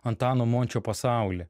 antano mončio pasaulį